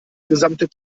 gesamte